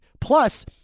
plus